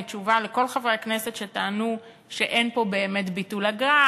תשובה לכל חברי הכנסת שטענו שאין פה באמת ביטול אגרה,